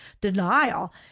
denial